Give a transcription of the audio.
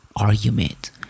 argument